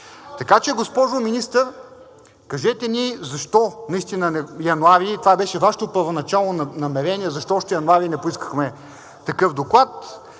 Така че, госпожо Министър, кажете ни защо наистина януари – това беше Вашето първоначално намерение – защо още януари не поискахме такъв доклад?